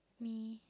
me